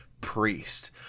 priest